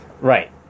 right